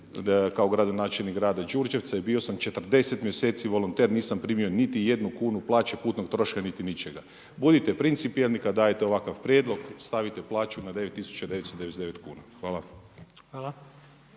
kao gradonačelnik grada Đurđevca i bio sam 40 mjeseci volonter nisam primio niti jednu kunu plaće, putnog troška, niti ničega. Budite principijelni kad dajete ovakav prijedlog. Stavite plaću na 9999 kuna. Hvala.